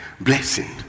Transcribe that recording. blessing